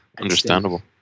Understandable